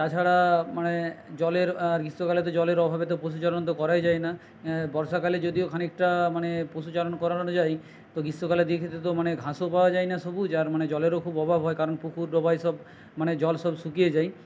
তাছাড়া মানে জলের আর গ্রীষ্মকালে তো জলের অভাবে তো পশুচারণ তো করাই যায় না বর্ষাকালে যদিও খানিকটা মানে পশুচারণ করানোটা যায় তো গ্রীষ্মকালে তো মানে ঘাঁসও পাওয়া যাই না সবুজ আর মানে জলেরও খুব অভাব হয় কারণ পুকুর ডোবা এইসব মানে জল সব শুকিয়ে যায়